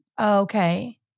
Okay